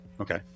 Okay